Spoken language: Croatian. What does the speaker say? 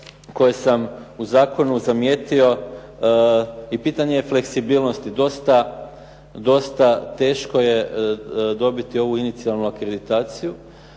koje sam u zakonu zamijetio i pitanje je fleksibilnosti. Dosta teško je dobiti ovu inicijalnu akreditaciju